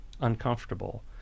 uncomfortable